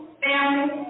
family